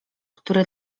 który